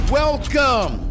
welcome